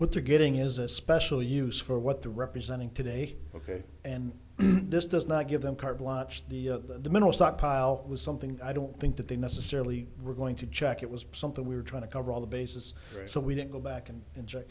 with the getting is a special use for what they're representing today ok and this does not give them carte blanche the mineral stockpile was something i don't think that they necessarily were going to check it was something we were trying to cover all the bases so we didn't go back and inj